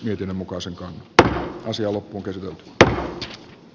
kykymme mukaan sen että asialle kun kyse on